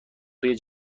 توی